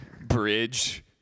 bridge